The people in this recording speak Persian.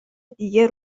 دیگه